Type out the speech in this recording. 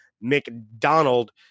McDonald